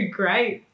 great